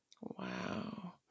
Wow